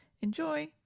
Enjoy